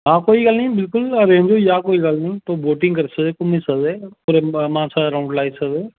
हां कोई गल्ल निं बिलकुल अरेंज़ होई जाह्ग कोई गल्ल निं तुस बोटिंग करी सकदे घूमी सकदे मानसर दा राउंड लाई सकदे